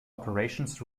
operations